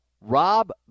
rob